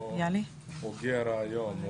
הוא הוגה הרעיון,